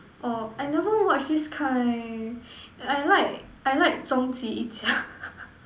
oh I never watch this kind I like I like 终极一家:Zhong Ji Yi Jia